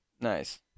Nice